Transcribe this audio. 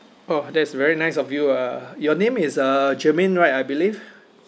oh that's very nice of you uh your name is uh germaine right I believe